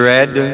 Red